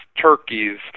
turkeys